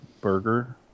burger